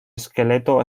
esqueleto